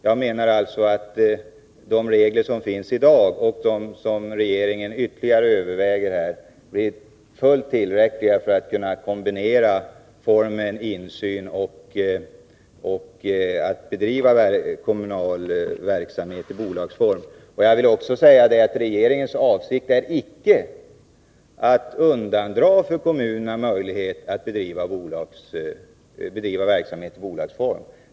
Jag menar alltså att de regler som finns i dag, och de som regeringen ytterligare överväger, är fullt tillräckliga för att kunna kombinera kraven på insyn och möjligheten att bedriva kommunal verksamhet i bolagsform. Jag vill också säga att regeringens avsikt icke är att undandra kommunerna möjligheten att bedriva verksamhet i bolagsform.